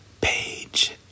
Page